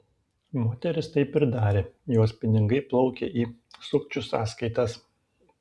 moteris taip ir darė jos pinigai plaukė į sukčių sąskaitas